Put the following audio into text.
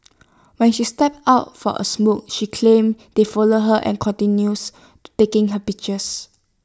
when she stepped out for A smoke she claims they followed her and continuous to taking her pictures